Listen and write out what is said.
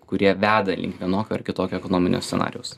kurie veda link vienokio ar kitokio ekonominio scenarijaus